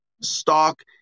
stock